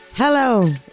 Hello